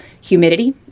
humidity